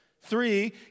Three